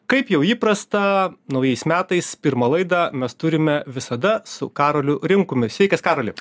kaip jau įprasta naujais metais pirmą laidą mes turime visada su karoliu rimkumi sveikas karoli